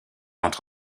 entre